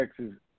Texas